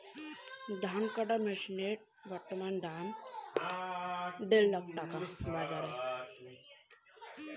ধান কাটার মেশিন এর বাজারে দাম কতো?